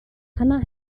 hannah